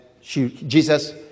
Jesus